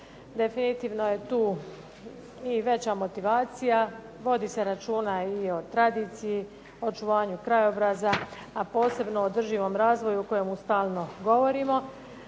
Definitivno je tu i veća motivacija, vodi se računa i o tradiciji, očuvanju krajobraza, a posebno održivom razvoju o kojemu stalno govorimo.